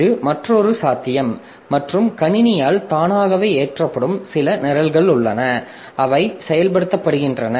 இது மற்றொரு சாத்தியம் மற்றும் கணினியால் தானாகவே ஏற்றப்படும் சில நிரல்கள் உள்ளன அவை செயல்படுத்தப்படுகின்றன